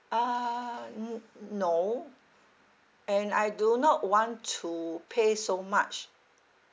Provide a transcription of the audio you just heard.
uh n~ no and I do not want to pay so much